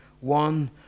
One